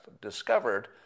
discovered